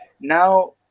now